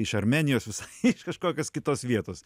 iš armėnijos visai kažkokios kitos vietos